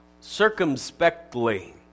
circumspectly